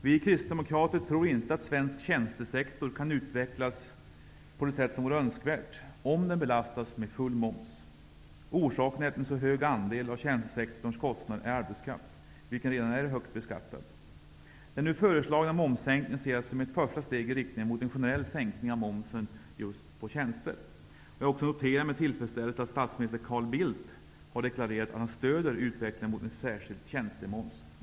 Vi kristdemokrater tror inte att svensk tjänstesektor kan utvecklas på det sätt som vore önskvärt om den beslastas med full moms. Orsaken är att en så hög andel av tjänstesektorns kostnader är arbetskraft, vilken redan är högt beskattad. Den nu föreslagna momssänkningen ser jag som ett första steg i riktning mot en generell sänkning av momsen på tjänster. Jag noterar också med tillfredsställelse att statsminister Carl Bildt har deklarerat att han stöder utvecklingen mot en särskild tjänstemoms.